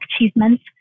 achievements